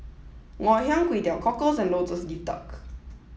Ngoh Hiang Kway Teow Cockles and Lotus Leaf Duck